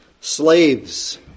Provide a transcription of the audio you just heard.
Slaves